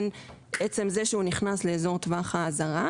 עצם זה שהוא נכנס לאזור טווח האזהרה